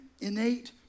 innate